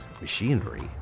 machinery